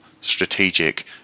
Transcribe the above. strategic